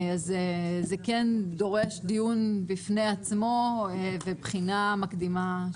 אז זה כן דורש דיון בפני עצמו ובחינה מקדימה.